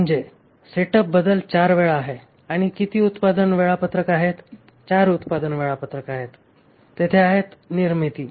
म्हणजे सेटअप बदल 4 वेळा आहे आणि किती उत्पादन वेळापत्रक आहेत 4 उत्पादन वेळापत्रक आहेत तेथे आहेत निर्मिती